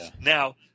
Now